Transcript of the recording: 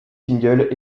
singles